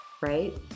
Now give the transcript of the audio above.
right